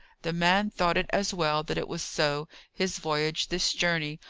the man thought it as well that it was so his voyage, this journey,